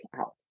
out